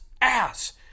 ass